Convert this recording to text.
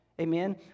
Amen